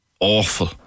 Awful